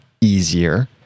easier